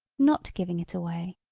not giving it away.